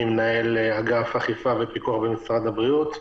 ואני מנהל אגף אכיפה ופיקוח במשרד הבריאות.